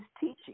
teaching